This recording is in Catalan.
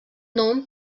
nom